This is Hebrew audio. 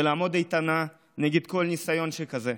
ועלינו לעמוד איתן נגד כל ניסיון שכזה,